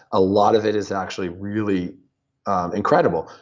a lot of it is actually really incredible,